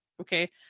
okay